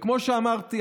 כמו שאמרתי,